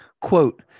Quote